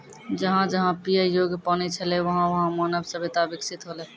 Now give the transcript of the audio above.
जहां जहां पियै योग्य पानी छलै वहां वहां मानव सभ्यता बिकसित हौलै